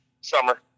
summer